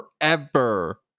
forever